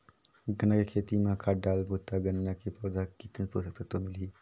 गन्ना के खेती मां खाद डालबो ता गन्ना के पौधा कितन पोषक तत्व मिलही?